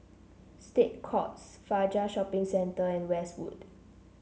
State Courts Fajar Shopping Centre and Westwood